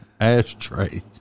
ashtray